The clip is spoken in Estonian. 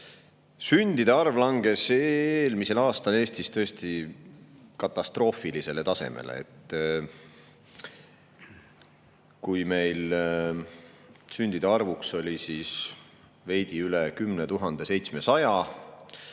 Sündide arv langes eelmisel aastal Eestis tõesti katastroofilisele tasemele: sündide arv oli siis veidi üle 10 700.